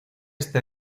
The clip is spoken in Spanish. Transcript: está